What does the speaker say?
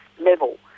level